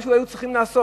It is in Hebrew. משהו היו צריכים לעשות.